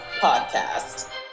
podcast